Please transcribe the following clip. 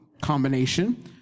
combination